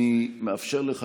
אני מאפשר לך,